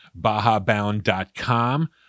BajaBound.com